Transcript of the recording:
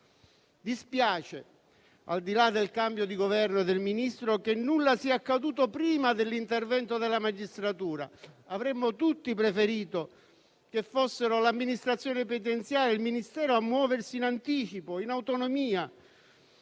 Dispiace, al di là del cambio di Governo e del Ministro, che nulla sia accaduto prima dell'intervento della magistratura. Avremmo tutti preferito che fossero l'amministrazione penitenziaria e il Ministero a muoversi in anticipo, in autonomia,